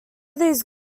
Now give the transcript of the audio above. these